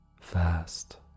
fast